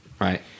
right